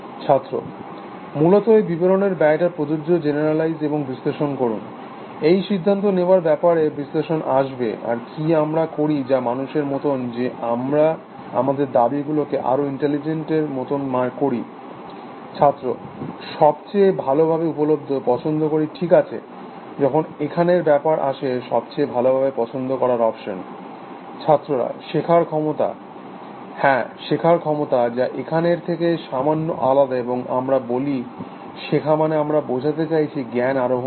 ছাত্র মূলত ওই বিবরণের ব্যয়টা প্রযোজ্য জেনারেরলাইজ এবং বিশ্লেষণ করুন এই সিদ্ধান্ত নেওয়ার ব্যাপারে বিশ্লেষণ আসবে আর কি আমরা করি যা মানুষের মতন যে আমরা আমাদের দাবীগুলোকে আরো ইন্টেলিজেন্টের মতন করি ছাত্রসবচেয়ে ভালোভাবে উপলব্ধ পছন্দ করি ঠিক আছে যখন এখানের ব্যাপার আসে সবচেয়ে ভালোভাবে পছন্দ করার অপশন ছাত্ররা শেখার ক্ষমতা হ্যাঁ শেখার ক্ষমতা যা এখানের থেকে সামান্য আলাদা এবং আমরা বলি শেখা মানে আমরা বোঝাতে চাইছি জ্ঞাণ আহোরণ করা